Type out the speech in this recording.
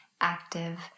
active